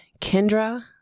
Kendra